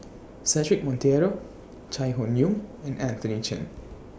Cedric Monteiro Chai Hon Yoong and Anthony Chen